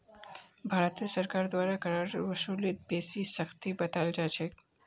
भारत सरकारेर द्वारा करेर वसूलीत बेसी सख्ती बरताल जा छेक